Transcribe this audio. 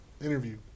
interview